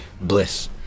bliss